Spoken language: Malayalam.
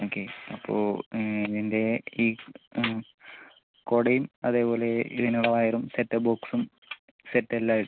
ഓക്കെ അപ്പോൾ ഇതിൻ്റെ ഈ കുടയും അതേപോലെ ഇതിനുള്ള വയറും സെറ്റപ്പ് ബോക്സും സെറ്റ് എല്ലാം ആയിട്ട്